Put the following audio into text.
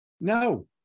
No